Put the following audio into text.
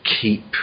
keep